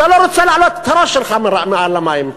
אתה לא רוצה להעלות את הראש שלך מעל המים,